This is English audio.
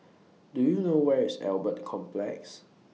Do YOU know Where IS Albert Complex